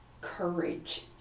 courage